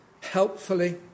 helpfully